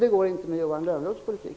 Det går inte med Johan Lönnroths politik.